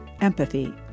empathy